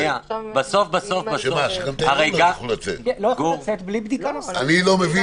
---- לא יוכלו לצאת בלי בדיקה נוספת.